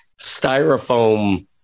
styrofoam